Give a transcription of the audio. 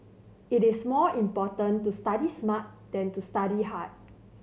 it is more important to study smart than to study hard